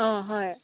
অঁ হয়